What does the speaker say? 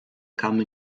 kamy